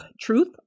Truth